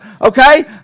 Okay